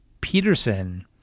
Peterson